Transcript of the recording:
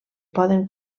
poden